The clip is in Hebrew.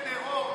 אתה תומך טרור.